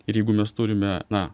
ir jeigu mes turime na